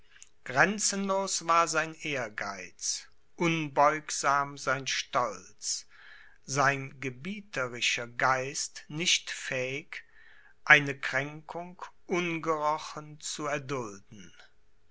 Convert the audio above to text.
grenzenlos war sein ehrgeiz unbeugsam sein stolz sein gebieterischer geist nicht fähig eine kränkung ungerochen zu erdulden